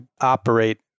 operate